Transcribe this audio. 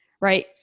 right